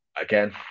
again